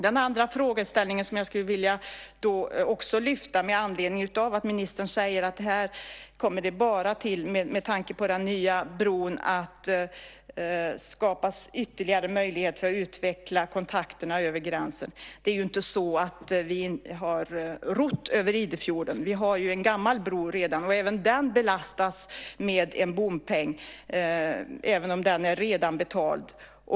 Den andra frågan vill jag lyfta fram med anledning av att ministern säger att det med den nya bron kommer att skapas ytterligare möjligheter att utveckla kontakterna över gränsen. Det är ju inte så att vi har rott över Idefjorden. Vi har ju en gammal bro. Även den belastas med bompeng - även om den redan är betald.